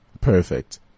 Perfect